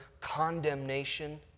condemnation